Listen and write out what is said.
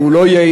והוא לא יעיל,